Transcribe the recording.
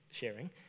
sharing